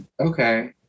okay